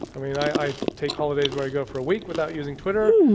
i mean i take holidays where i go for a week without using twitter,